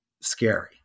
scary